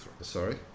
Sorry